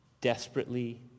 desperately